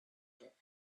that